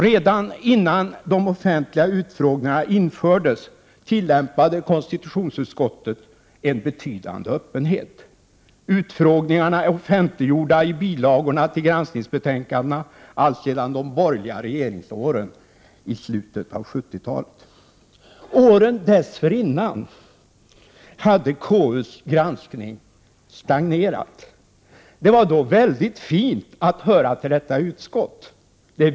Redan innan de offentliga utfrågningarna infördes tillämpade konstitutionsutskottet en betydande öppenhet. Utfrågningarna är offentliggjorda i bilagorna till granskningsbetänkandena alltsedan de borgerliga regeringsåren i slutet av 70-talet. Åren dessförinnan hade KU:s granskning stagnerat. Det var då väldigt fint att höra till detta utskott.